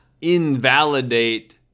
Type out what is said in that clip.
invalidate